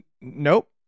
Nope